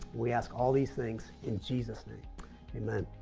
we ask all these things in jesus name amen